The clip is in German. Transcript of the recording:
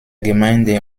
gemeinde